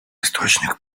источник